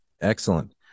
Excellent